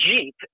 Jeep